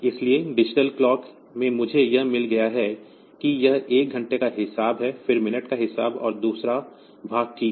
इसलिए digital clock में मुझे यह मिल गया है कि यह एक घंटे का हिस्सा है फिर मिनट का हिस्सा और दूसरा भाग ठीक है